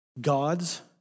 gods